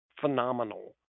phenomenal